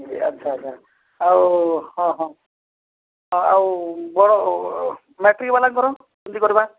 ଆଚ୍ଛା ଆଚ୍ଛା ଆଉ ହଁ ହଁ ଆଉ ମୋର ମାଟ୍ରିକ ବାଲାଙ୍କର କେମିତି କର୍ବା